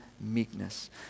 meekness